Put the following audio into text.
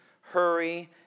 hurry